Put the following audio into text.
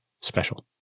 special